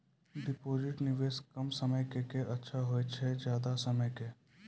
Deposit निवेश कम समय के के अच्छा होय छै ज्यादा समय के?